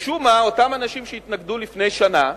משום מה, אותם אנשים שהתנגדו לפני שנה